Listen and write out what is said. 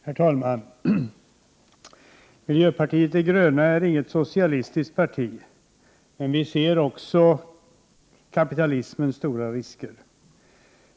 Herr talman! Miljöpartiet de gröna är inget socialistiskt parti, men vi ser också kapitalismens stora risker.